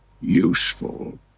useful